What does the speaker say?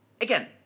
again